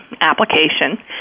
application